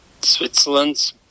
Switzerland